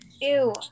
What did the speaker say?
ew